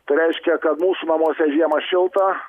tai reiškia kad mūsų namuose žiemą šilta